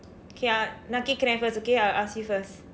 okay ah நான் கேட்கிறேன்:naan keetkireen first okay I will ask you first